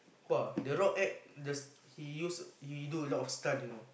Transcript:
!wah! the rock act the he use he do a lot of stunt you know